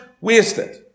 wasted